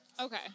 Okay